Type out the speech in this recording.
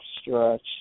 stretch